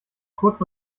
kurz